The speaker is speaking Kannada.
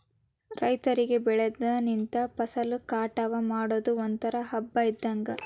ರೈತರಿಗೆ ಬೆಳದ ನಿಂತ ಫಸಲ ಕಟಾವ ಮಾಡುದು ಒಂತರಾ ಹಬ್ಬಾ ಇದ್ದಂಗ